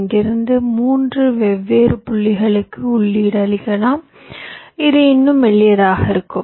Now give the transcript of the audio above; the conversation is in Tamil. அங்கிருந்து மூன்று வெவ்வேறு புள்ளிகளுக்கு உள்ளீடு அளிக்கலாம் இது இன்னும் மெல்லியதாக இருக்கும்